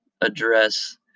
address